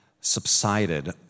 subsided